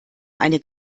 eine